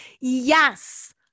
Yes